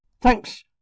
Thanks